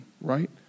right